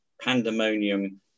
pandemonium